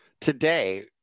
today